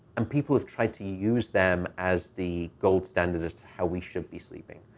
and people have tried to use them as the gold standard as to how we should be sleeping.